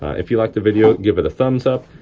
if you liked the video give it a thumbs up.